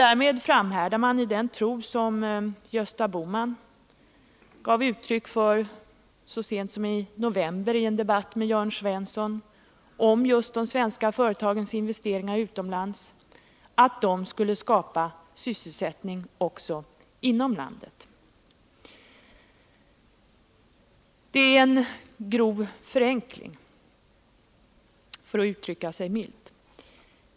Därmed framhärdar finansutskottet i den tro som Gösta Bohman gav uttryck för så sent som i november i en debatt med Jörn Svensson, nämligen att de svenska företagens investeringar utomlands skapar sysselsättning också inom landet. Detta är en grov förenkling, för att uttrycka sig milt.